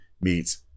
meets